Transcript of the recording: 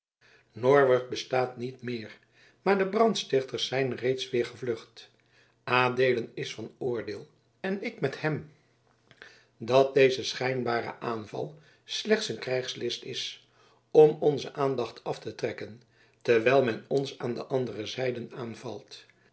norwert bestaat niet meer maar de brandstichters zijn reeds weer gevlucht adeelen is van oordeel en ik met hem dat deze schijnbare aanval slechts een krijgslist is om onze aandacht af te trekken terwijl men ons van de andere zijden aanvalt